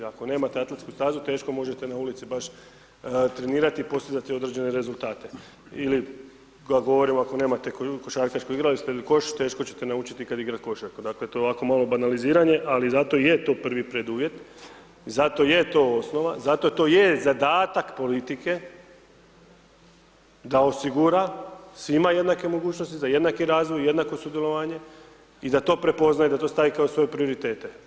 Ako nemate atletsku stazu, teško možete na ulici baš trenirati, postizati određene rezultate ili govorim ako nema košarkaš igralište ili koš, teško ćete naučiti ikad igrat košarku, dakle to je ovako malo banaliziranje ali zato je to prvi preduvjet, zato je to osnova, zato to je zadatak politike da osigura svima jednake mogućnosti, za jednaku razvoj, jednako sudjelovanje i da to prepoznaje, da to stavi kao svoje prioritete.